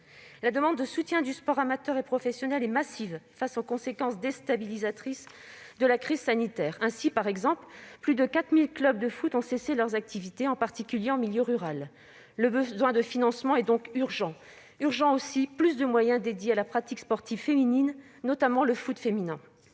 La demande de soutien au sport amateur et professionnel est massive face aux conséquences déstabilisatrices de la crise sanitaire. Ainsi, plus de 4 000 clubs de foot ont cessé leur activité, en particulier en milieu rural. Le besoin de financement est donc urgent. Il est urgent aussi de dédier davantage de moyens à la pratique sportive féminine, notamment au foot.